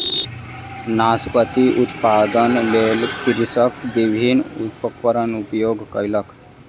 नाशपाती उत्पादनक लेल कृषक विभिन्न उपकरणक उपयोग कयलक